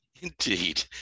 Indeed